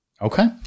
Okay